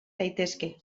daitezke